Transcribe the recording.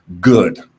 Good